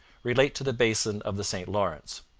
relate to the basin of the st lawrence.